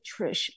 Trish